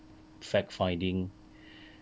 fact finding